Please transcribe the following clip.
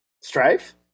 strife